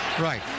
right